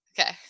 Okay